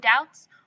doubts